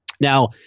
now